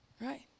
right